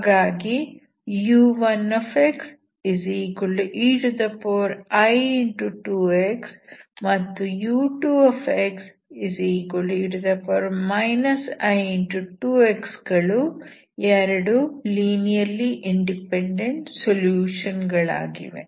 ಹಾಗಾಗಿ u1xei2x ಮತ್ತು u2xe i2x ಗಳು 2 ಲೀನಿಯರ್ಲಿ ಇಂಡಿಪೆಂಡೆಂಟ್ ಸೊಲ್ಯೂಷನ್ ಗಳಾಗಿವೆ